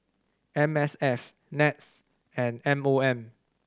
M S F NETS and M O M